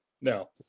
No